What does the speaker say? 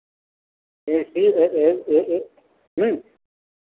ये ठीक है ये ये ये ये ह्म्म